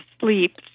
sleep